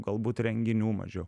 galbūt renginių mažiau